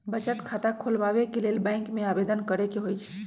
बचत खता खोलबाबे के लेल बैंक में आवेदन करेके होइ छइ